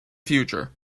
future